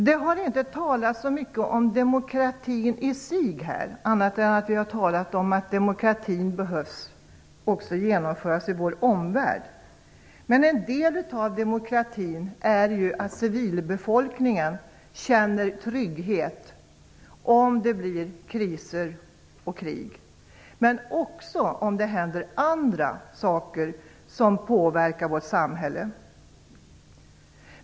Det har här inte talats så mycket om demokratin i sig annat än att vi har talat om att demokratin också behöver genomföras i vår omvärld. En del av demokratin är att civilbefolkningen känner trygghet om det blir kriser och krig, men också om det händer andra saker som påverkar vårt samhälle.